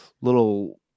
little